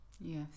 Yes